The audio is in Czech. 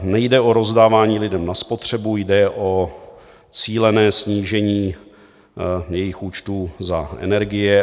Nejde o rozdání lidem na spotřebu, jde o cílené snížení jejich účtů za energie.